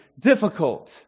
difficult